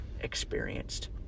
experienced